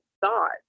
thought